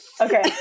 Okay